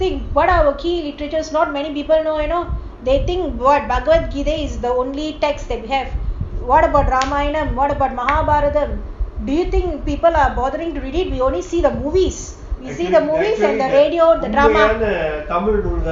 that's the thing what are our key literatures not many people know you know they think பகவத்கீதை:bhagavatgeethai is the only text they have what about ராமாயணம்:ramayanam what about மகாபாரதம்:mahabharatham do you think people are bothering to really be only see the movies we see the movies and the radio the drama